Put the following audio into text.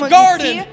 garden